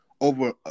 over